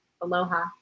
aloha